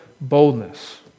boldness